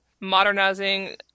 modernizing